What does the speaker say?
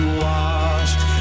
washed